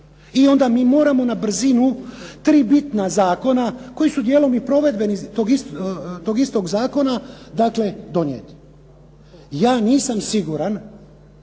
i onda mi moramo na brzinu tri bitna zakona koji su dijelom i provedbeni toga istoga zakona dakle, donijeti. Ja nisam siguran